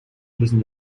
müssen